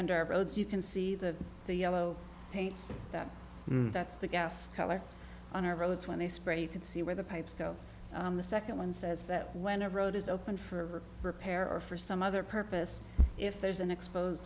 beds you can see the yellow paint that that's the gas color on our roads when they spray you can see where the pipes go the second one says that when a road is open for repair or for some other purpose if there's an expose